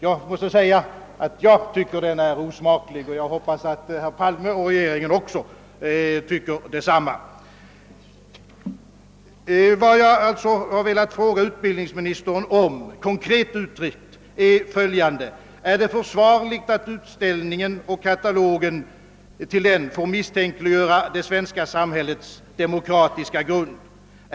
Jag måste säga, att jag tycker denna teckning är osmaklig, och jag hoppas att herr Palme och övriga regeringsledamöter tycker detsamma. Vad jag velat fråga utbildningsministern om är konkret uttryckt följande: Är det försvarligt att utställningen och katalogen till den får misstänkliggöra det svenska samhällets demokratiska grund?